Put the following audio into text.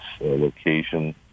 location